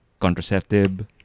contraceptive